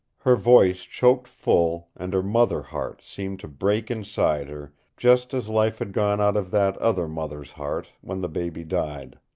her voice choked full, and her mother-heart seemed to break inside her, just as life had gone out of that other mother's heart when the baby died.